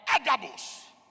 Agabus